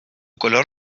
color